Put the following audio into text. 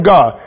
God